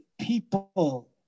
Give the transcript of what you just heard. people